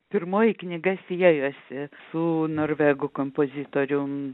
pirmoji knyga siejosi su norvegų kompozitorium